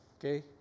Okay